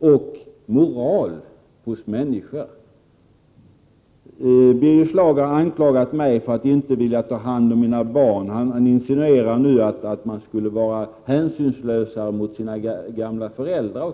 och moral hos människor. Birger Schlaug har anklagat mig för att inte vilja ta hand om mina barn. Nu insinuerar han också att man skulle vara hänsynslösare mot sina gamla föräldrar.